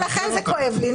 ולכן זה כואב לי.